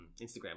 Instagram